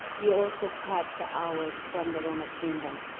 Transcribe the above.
you also cut the hours from the room attendant.